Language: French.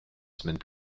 semaines